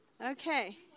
Okay